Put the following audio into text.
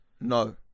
no